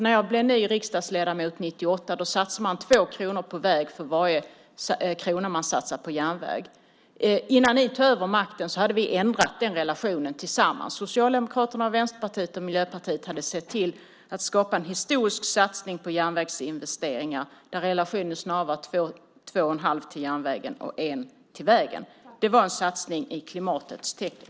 När jag blev ny riksdagsledamot 1998 satsade man 2 kronor på väg för varje krona som man satsade på järnväg. Innan ni tog över makten hade vi ändrat den relationen tillsammans. Socialdemokraterna, Vänsterpartiet och Miljöpartiet hade sett till att skapa en historisk satsning på järnvägsinvesteringar där relationen snarare var 2 1⁄2 krona till järnvägen och 1 krona till vägen. Det var en satsning i klimatets tecken.